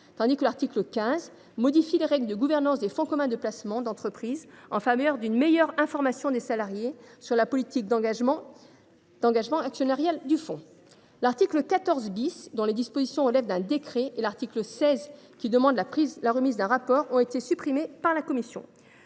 tandis que l’article 15 modifie les règles de gouvernance des fonds communs de placement d’entreprise en vue d’améliorer l’information des salariés sur la politique d’engagement actionnarial du fonds. L’article 14, dont les dispositions relèvent d’un décret, et l’article 16, qui prévoit la remise d’un rapport, ont été supprimés par la commission.